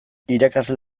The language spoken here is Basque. irakasle